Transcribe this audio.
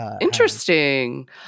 Interesting